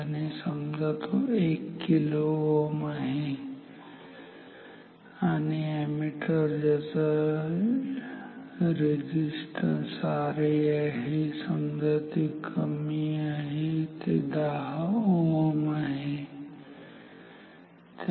तर समजा तो 1 kΩ आहे आणि अॅमीटर ज्याचा रेझिस्टन्स RA आहे समजा ते कमी आहे समजा ते 10 Ω आहे ठीक आहे